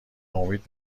امید